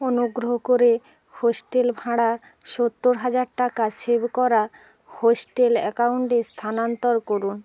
অনুগ্রহ করে হোস্টেল ভাড়া সত্তর হাজার টাকা সেভ করা হোস্টেল অ্যাকাউন্টে স্থানান্তর করুন